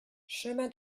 chemin